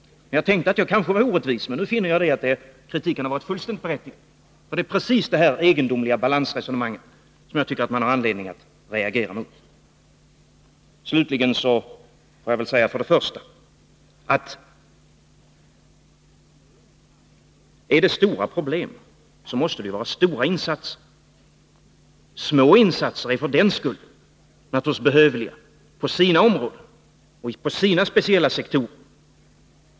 Jag tänkte att jag kanske var orättvis, men nu finner jag att kritiken varit fullständigt berättigad. Det är precis det här egendomliga balansresonemanget som jag tycker att man har anledning att reagera mot. Är det stora problem måste det vara stora insatser. Små insatser är för den skull naturligtvis behövliga på sina områden och sina speciella sektorer.